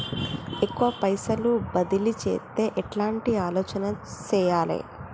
ఎక్కువ పైసలు బదిలీ చేత్తే ఎట్లాంటి ఆలోచన సేయాలి?